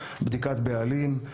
בדיקת בעלים,